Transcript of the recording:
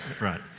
right